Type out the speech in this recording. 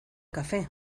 café